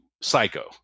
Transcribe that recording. Psycho